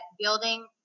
building